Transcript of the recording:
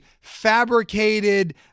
fabricated